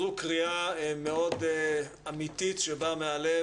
זו קריאה מאוד אמיתית שבאה מהלב,